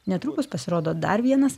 netrukus pasirodo dar vienas